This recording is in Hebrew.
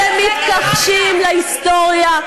אתם מתכחשים להיסטוריה,